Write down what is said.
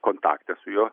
kontakte su juo